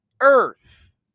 earth